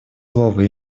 слово